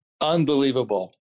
Unbelievable